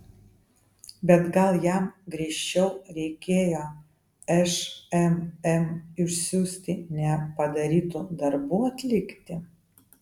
bet gal jam griežčiau reikėjo šmm išsiųsti nepadarytų darbų atlikti